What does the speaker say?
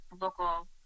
local